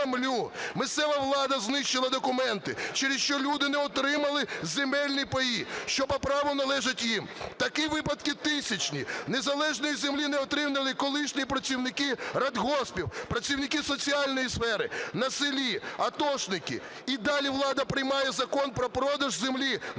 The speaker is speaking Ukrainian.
Місцева влада знищила документи, через що люди не отримали земельні паї, що по праву належать їм. Такі випадки тисячні. Незалежної землі не отримали колишні працівники радгоспів, працівники соціальної сфери, на селі, атошники. І далі влада приймає закон про продаж землі, назавжди